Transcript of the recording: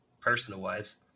personal-wise